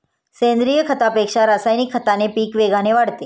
सेंद्रीय खतापेक्षा रासायनिक खताने पीक वेगाने वाढते